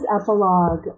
epilogue